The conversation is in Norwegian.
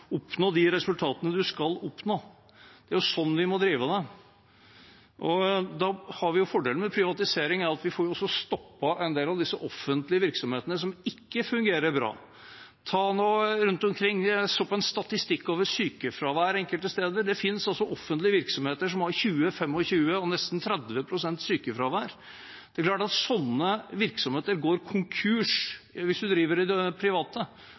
oppnå de resultatene man skal oppnå. Det er jo sånn vi må drive det. Fordelen med privatisering er at vi også får stoppet en del av de offentlige virksomhetene som ikke fungerer bra. Se nå rundt omkring: Jeg så på en statistikk over sykefravær enkelte steder. Det finnes altså offentlige virksomheter som har 20 pst.–25 pst – og nesten 30 pst. – sykefravær. Sånne virksomheter går konkurs hvis man driver i det private.